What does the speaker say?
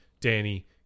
Danny